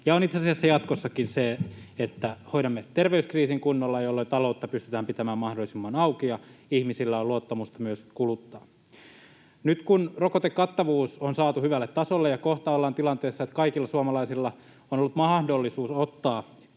on itse asiassa jatkossakin — se, että hoidamme terveyskriisin kunnolla, jolloin taloutta pystytään pitämään mahdollisimman auki ja ihmisillä on luottamusta myös kuluttaa. Nyt kun rokotekattavuus on saatu hyvälle tasolle ja kohta ollaan tilanteessa, että kaikilla suomalaisilla on ollut mahdollisuus ottaa